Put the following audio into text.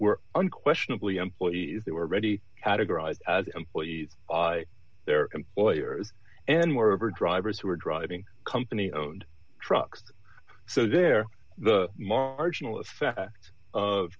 were unquestionably employees they were ready categorized as employees their employers and moreover drivers who are driving company owned trucks so they're the marginal effect